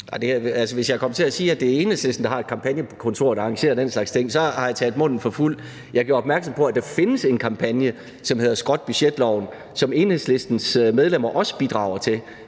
Hvis jeg er kommet til at sige, at det er Enhedslisten, der har et kampagnekontor, der arrangerer den slags ting, så har jeg taget munden for fuld. Jeg gjorde opmærksom på, at der findes en kampagne, som hedder »Skrot budgetloven«, som Enhedslistens medlemmer også bidrager til.